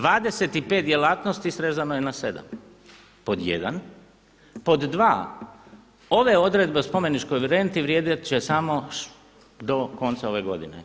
25 djelatnosti srezano je na 7, pod 1. Pod 2. ove odredbe o spomeničkoj renti vrijediti će samo do konca ove godine.